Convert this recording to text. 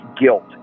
guilt